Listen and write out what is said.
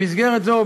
במסגרת זו,